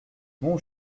mon